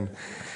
כן.